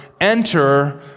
enter